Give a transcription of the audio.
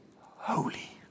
holy